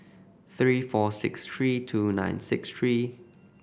three four six three two nine six three